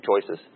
choices